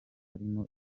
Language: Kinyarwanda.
harimo